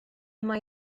mae